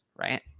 right